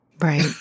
Right